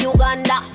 Uganda